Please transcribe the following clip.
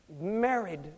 married